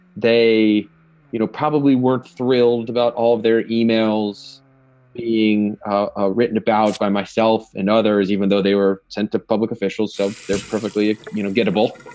they you know probably weren't thrilled about all of their emails being ah written about by myself and others, even though they were sent to public officials. so they're perfectly you know gettable.